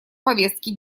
повестки